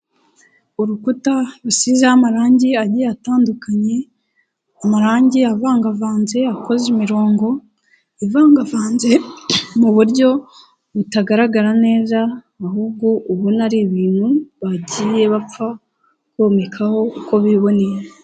Urukuta rusizeho amarangi agiye atandukanye amarangi avangavanze akoze imirongo ivangavanze mu buryo butagaragara neza, ahubwo ubona ari ibintu bagiye bapfa komekaho uko biboneye.